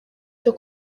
cyo